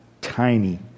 tiny